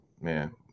Man